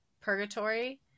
Purgatory